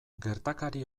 gertakari